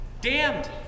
Damned